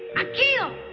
akio.